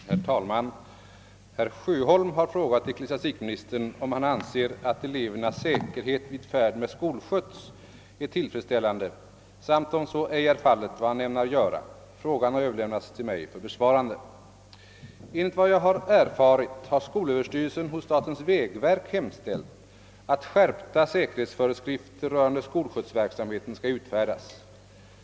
Herr talman! Herr Sjöholm har frågat ecklesiastikministern, om han anser att elevernas säkerhet vid färd med skolskjuts är tillfredsställande, samt om så ej är fallet vad han ämnar göra. Frågan har överlämnats till mig för besvarande. Enligt vad jag har erfarit har skolöverstyrelsen hos statens vägverk hemställt, att skärpta säkerhetsföreskrifter rörande skolskjutsverksamheten skall utfärdas.